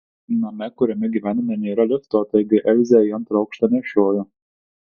name kuriame gyvename nėra lifto taigi elzę į antrą aukštą nešioju